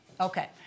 Okay